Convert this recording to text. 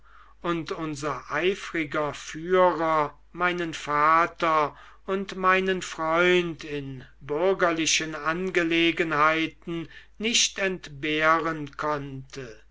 und unser eifriger führer meinen vater und meinen freund in bürgerlichen angelegenheiten nicht entbehren konnte